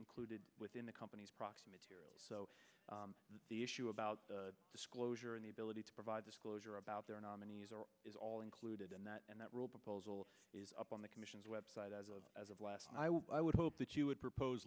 included within the company's proxy materials so that the issue about disclosure and the ability to provide disclosure about their nominees or is all included in that and that rule proposal is up on the commission's website as of as of last i would hope that you would propose